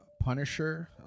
Punisher